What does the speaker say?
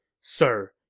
Sir